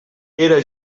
era